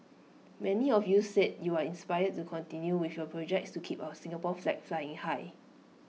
many of you said you are inspired to continue with your projects to keep our Singapore flag flying high